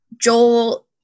Joel